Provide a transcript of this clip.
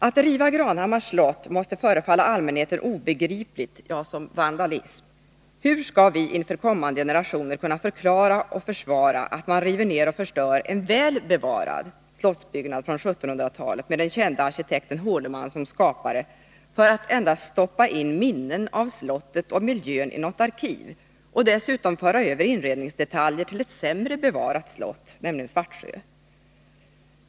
Att riva Granhammars slott måste förefalla allmänheten obegripligt — ja, som ren vandalism. Hur skall vi inför kommande generationer kunna förklara och försvara att man river ner och förstör en väl bevarad slottsbyggnad från 1700-talet, med den kände arkitekten Hårleman som skapare, för att endast stoppa in ”minnen” av slottet och miljön i något arkiv och dessutom föra över inredningsdetaljer till ett sämre bevarat slott, nämligen Svartsjö?